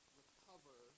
recover